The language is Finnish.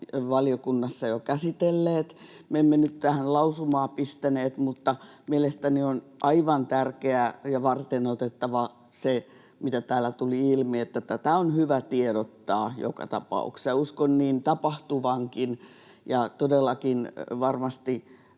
valiokunnassa jo käsitelleet. Me emme nyt tähän lausumaa pistäneet, mutta mielestäni on aivan tärkeää ja varteenotettavaa, mitä täällä tuli ilmi, että tästä on hyvä tiedottaa joka tapauksessa. Uskon niin tapahtuvankin, ja todellakin varmasti